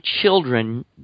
children